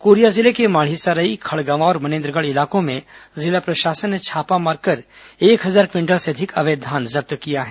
Korea जिले के माढ़ीसराई खड़गवां और मनेन्द्रगढ़ इलाकों में जिला प्रशासन ने छापामार कर एक हजार क्विंटल से अधिक अवैध धान जब्त किया है